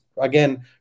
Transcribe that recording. again